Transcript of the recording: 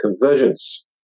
convergence